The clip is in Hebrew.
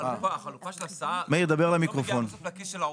החלופה של הסעה לא מגיעה לכיס הפרטי של העובד.